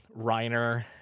Reiner